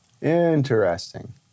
Interesting